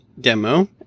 demo